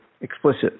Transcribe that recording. Explicit